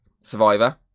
Survivor